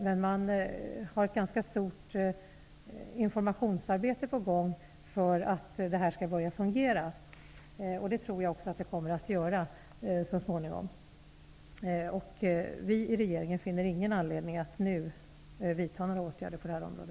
Men det är ett ganska stort informationsarbete på gång för att detta skall börja fungera. Det tror jag också att det kommer att göra så småningom. Vi i regeringen finner ingen anledning att nu vidta några åtgärder på detta område.